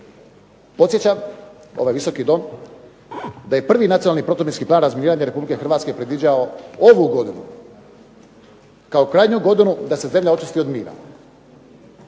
Podsjećam ovaj Visoki dom da je prvi Nacionalni protuminski plan razminiranja RH predviđao ovu godinu kao krajnju godinu da se zemlja očisti od mina.